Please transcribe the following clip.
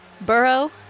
burrow